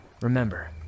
Remember